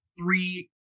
three